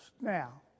Now